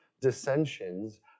dissensions